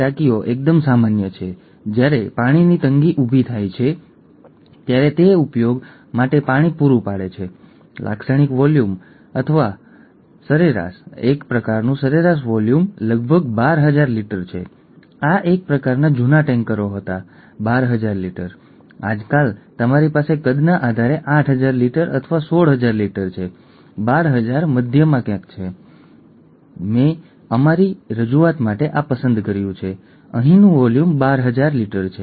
આ એક સામાજિક પાસું છે જે આપવામાં આવ્યું છે એક વૈકલ્પિક વિડિઓ અને આ એક એલીલ દૃશ્ય છે જે G6PD ની ઉણપને કારણે આપવામાં આવ્યું છે જેને તમે જોવા માંગો છો ઠીક છે